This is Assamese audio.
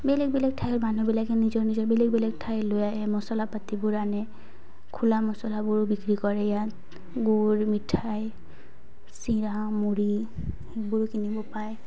বেলেগ বেলেগ ঠাইৰ মানুহবিলাকে নিজৰ নিজৰ বেলেগ বেলেগ ঠাই লৈ আহে মছলা পাতিবোৰ আনে খোলা মছলাবোৰ বিক্ৰী কৰে ইয়াত গুৰ মিঠাই চিৰা মুড়ি সেইবোৰ কিনিব পায়